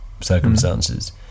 circumstances